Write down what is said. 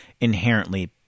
inherently